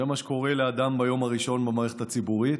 זה מה שקורה לאדם ביום הראשון במערכת הציבורית,